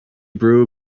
brew